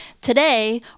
Today